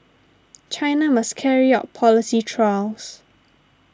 China must carry out policy trials